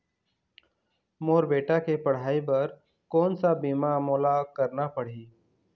मोर बेटा के पढ़ई बर कोन सा बीमा मोला करना पढ़ही?